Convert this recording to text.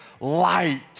light